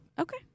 Okay